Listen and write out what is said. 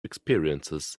experiences